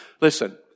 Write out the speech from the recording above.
listen